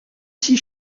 six